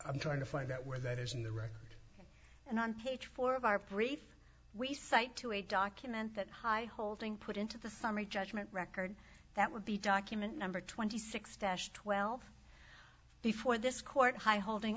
i'm trying to find out where that is in the record and on page four of our brief we cite to a document that high holding put into the summary judgment record that would be document number twenty six dash twelve before this court high holding